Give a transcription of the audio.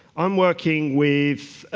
i'm working with